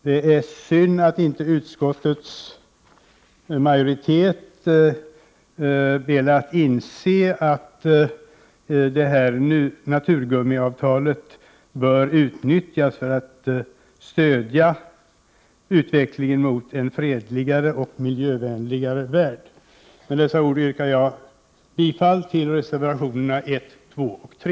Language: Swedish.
Det är synd att inte utskottets majoritet velat inse att naturgummiavtalet bör utnyttjas för att stödja utvecklingen mot en fredligare och miljövänligare värld. Med dessa ord yrkar jag bifall till reservationerna 1, 2 och 3.